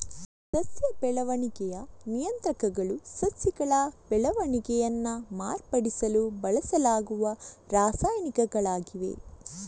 ಸಸ್ಯ ಬೆಳವಣಿಗೆಯ ನಿಯಂತ್ರಕಗಳು ಸಸ್ಯಗಳ ಬೆಳವಣಿಗೆಯನ್ನ ಮಾರ್ಪಡಿಸಲು ಬಳಸಲಾಗುವ ರಾಸಾಯನಿಕಗಳಾಗಿವೆ